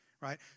right